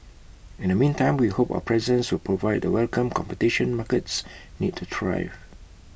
in the meantime we hope our presence will provide the welcome competition markets need to thrive